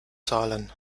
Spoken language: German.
zahlen